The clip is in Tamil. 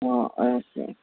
ஆ ஆ சரி